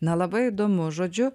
ns labai įdomu žodžiu